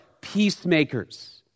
peacemakers